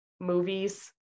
movies